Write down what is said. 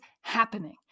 happening